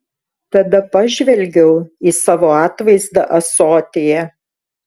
tada pažvelgiau į savo atvaizdą ąsotyje